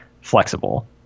flexible